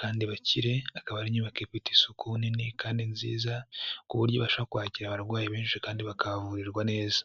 kandi bakire, akaba ari inyubako ifite isuku, nini kandi nziza, ku buryo ibasha kwakira abarwayi benshi kandi bakahavurirwa neza.